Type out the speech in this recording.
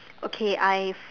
okay I've